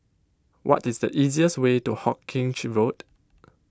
what is the easiest way to Hawkinge Road